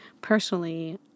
personally